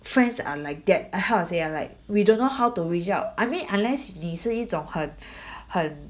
friends are like that ah how I say ah like we don't know how to reach out I mean unless 你是一种很狠